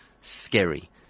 scary